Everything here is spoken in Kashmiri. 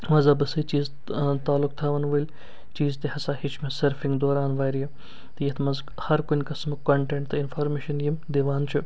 مذہبَس سۭتۍ چھِ أسۍ ٲں تعلق تھاوان وٲلۍ چیٖز تہِ ہسا ہیٚچھۍ مےٚ سٔرفِنٛگ دوران واریاہ تہٕ یَتھ منٛز ہر کُنہِ قٕسمُک کۄنٹیٚنٛٹ تہٕ اِنٛفارمیشَن یِم دِوان چھِ